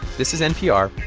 this is npr.